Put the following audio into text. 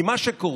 כי מה שקורה,